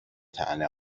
طعنه